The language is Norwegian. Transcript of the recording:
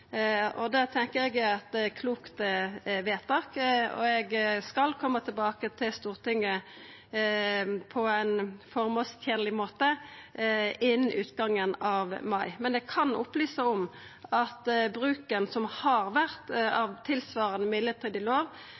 Det tenkjer eg er eit klokt vedtak, og eg skal koma tilbake til Stortinget på ein formålstenleg måte innan utgangen av mai. Eg kan opplysa om at i bruken som har vore av tilsvarande mellombelse lov,